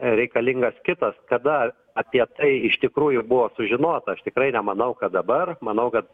reikalingas kitas kada apie tai iš tikrųjų buvo sužinota aš tikrai nemanau kad dabar manau kad